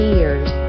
years